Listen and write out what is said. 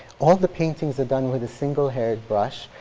all the paintings are done with a single haired brush,